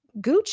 Gucci